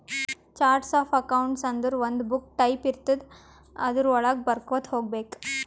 charts of accounts ಅಂದುರ್ ಒಂದು book type ಇರ್ತುದ್ ಅದುರ್ ವಳಾಗ ಬರ್ಕೊತಾ ಹೋಗ್ಬೇಕ್